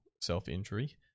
self-injury